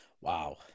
Wow